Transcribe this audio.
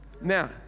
now